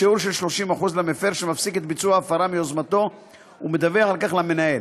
בשיעור של 30% למפר שמפסיק את ביצוע ההפרה מיוזמתו ומדווח על כך למנהל,